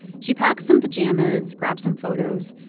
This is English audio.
she packed some pajamas, grabbed some photos.